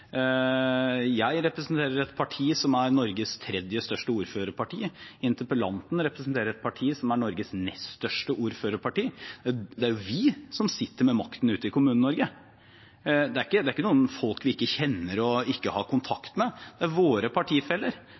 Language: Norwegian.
Jeg representerer et parti som er Norges tredje største ordførerparti. Interpellanten representerer et parti som er Norges nest største ordførerparti. Det er vi som sitter med makten ute i Kommune-Norge. Det er ikke folk vi ikke kjenner eller ikke har kontakt med, det er våre partifeller